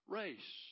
race